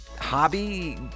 hobby